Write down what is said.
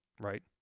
right